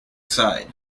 side